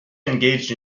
engaged